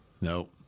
Nope